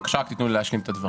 בבקשה תנו לי את הדברים.